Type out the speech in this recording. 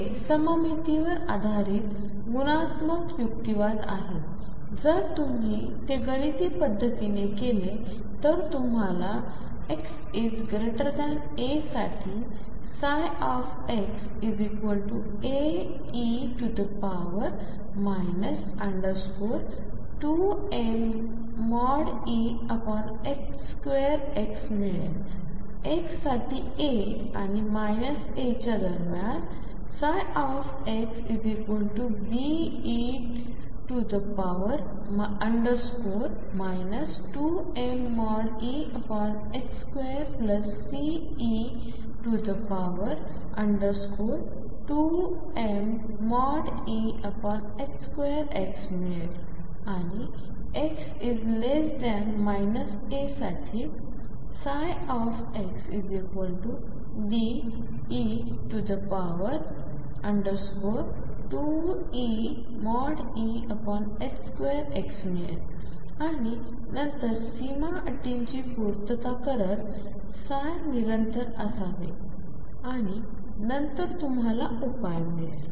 हे सममितीवर आधारित गुणात्मक युक्तिवाद आहे जर तुम्ही ते गणिती पद्धतीने केले तर तुम्हाला x a साठी xAe 2mE2x मिळेल x साठी a आणि a च्या दरम्यान xBe 2mE2xCe2mE2x मिळेल आणि x a साठी xDe2mE2x मिळेल आणि नंतर सीमा अटींची पूर्तता करत ψ निरंतर असावे आणि नंतर तुम्हाला उपाय मिळेल